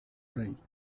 rey